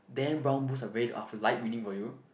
Dan Brown books are very of light reading for you